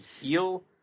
heal